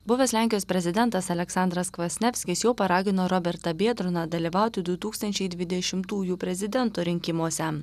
buvęs lenkijos prezidentas aleksandras kvasnevskis jau paragino robertą biedroną dalyvauti du tūkstančiai dvidešimtųjų prezidento rinkimuose